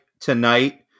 tonight